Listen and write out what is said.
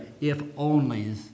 if-onlys